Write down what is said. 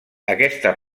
aquesta